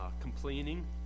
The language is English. complaining